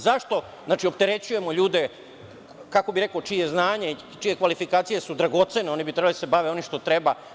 Zašto opterećujemo ljude, kako bih rekao, čije je znanje, čije su kvalifikacije dragocene, a oni bi trebali da se bave onim što treba.